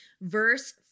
Verse